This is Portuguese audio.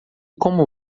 como